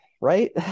right